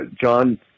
John